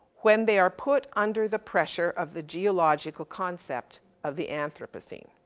when they are put under the pressure of the geological concept of the anthropocene?